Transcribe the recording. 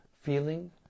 feeling